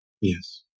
yes